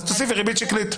בסדר, אז תוסיפי ריבית שקלית.